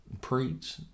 preach